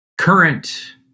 current